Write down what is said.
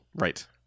Right